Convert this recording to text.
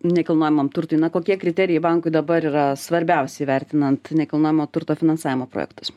nekilnojamam turtui na kokie kriterijai bankui dabar yra svarbiausi įvertinant nekilnojamo turto finansavimo projektus